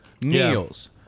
meals